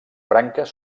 branques